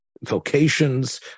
vocations